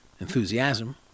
enthusiasm